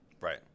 Right